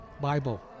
bible